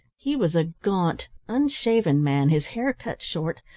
he was a gaunt, unshaven man, his hair cut short,